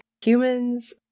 humans